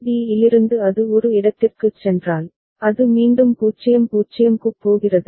D இலிருந்து அது ஒரு இடத்திற்குச் சென்றால் அது மீண்டும் 0 0 க்குப் போகிறது